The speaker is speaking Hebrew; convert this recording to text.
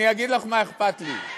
מה אכפת לך?